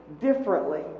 differently